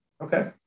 Okay